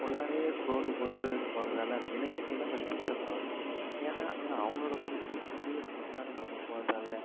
உள்ளாரையே road போட்டு போகிறதால அந்த விலங்குகள்லாம் கொஞ்சம் டிஸ்டர்ப் ஆகுது ஏன்னா அவங்களோட குடியிருப்பு குடியிருப்புக்குள்ளாற நம்ம போகிறதால